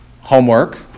homework